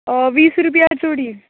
अ वीस रुपया चुडी